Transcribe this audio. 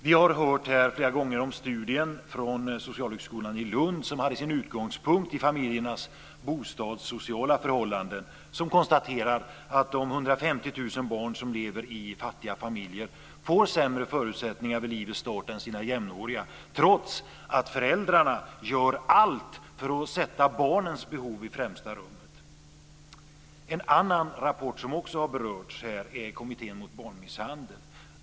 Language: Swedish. Vi har här flera gånger hört om studien från Socialhögskolan i Lund, som hade sin utgångspunkt i familjernas bostadssociala förhållanden. Man konstaterar att de 150 000 barn som lever i fattiga familjer får sämre förutsättningar vid livets start än sina jämnåriga, trots att föräldrarna gör allt för att sätta barnens behov i främsta rummet. En annan rapport som också har berörts här är rapporten från Kommittén mot barnmisshandel.